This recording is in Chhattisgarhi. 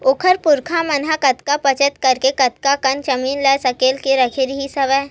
ओखर पुरखा मन ह कतका बचत करके ओतका कन जमीन ल सकेल के रखे रिहिस हवय